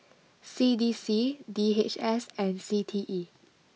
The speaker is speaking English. C D C D H S and C T E